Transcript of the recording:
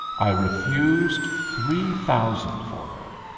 i refused three thousand for her.